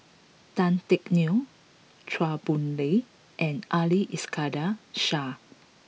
Tan Teck Neo Chua Boon Lay and Ali Iskandar Shah